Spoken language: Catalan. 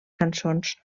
cançons